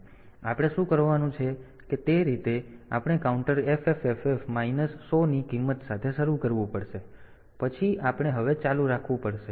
તેથી આપણે શું કરવાનું છે કે તે રીતે આપણે કાઉન્ટર FFFF માઈનસ 100 ની કિંમત સાથે શરૂ કરવું પડશે અને પછી આપણે હવે ચાલુ રાખવું પડશે